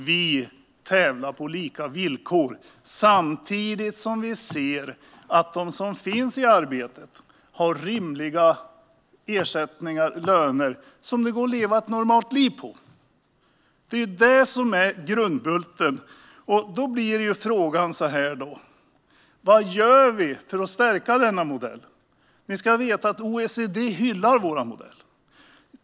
Vi tävlar på lika villkor, samtidigt som vi ser att de som arbetar har rimliga ersättningar och löner, som det går att leva ett normalt liv på. Det är det som är grundbulten, och då blir frågan: Vad gör vi för att stärka denna modell? Ni ska veta att OECD hyllar vår modell.